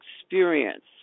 experience